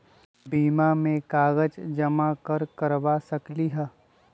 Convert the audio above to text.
बीमा में कागज जमाकर करवा सकलीहल?